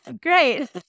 Great